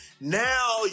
Now